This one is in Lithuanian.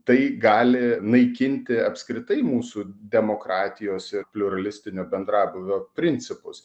tai gali naikinti apskritai mūsų demokratijos pliuralistinio bendrabūvio principus